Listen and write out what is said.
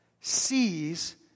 sees